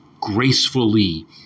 gracefully